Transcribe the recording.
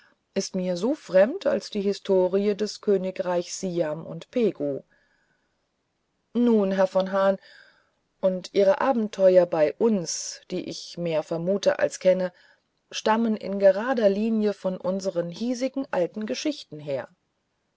ist mir so fremd als die historie des königreichs siam und pegu nun herr von hahn und ihre abenteuer bei uns die ich mehr vermute als kenne stammen in gerader linie aus unseren hiesigen alten geschichten her